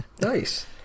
nice